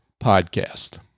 podcast